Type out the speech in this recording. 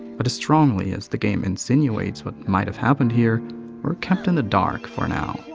but as strongly as the game insinuates what might have happened here we're kept in the dark for now.